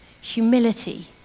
humility